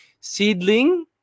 Seedling